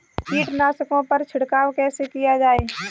कीटनाशकों पर छिड़काव कैसे किया जाए?